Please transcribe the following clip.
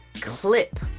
clip